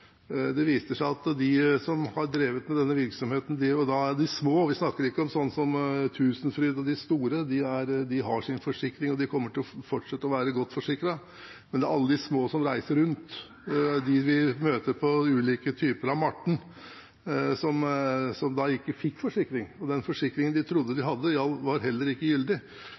Det viser seg at de som har drevet med denne virksomheten – vi snakker ikke om sånne som Tusenfryd og de store, de har sin forsikring, og de kommer til å fortsette å være godt forsikret – alle de små som reiser rundt, dem vi møter på ulike typer markeder, ikke fikk forsikring, og den forsikringen de trodde de hadde, var heller ikke gyldig.